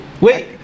Wait